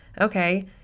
okay